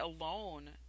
alone